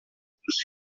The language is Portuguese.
dos